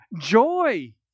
joy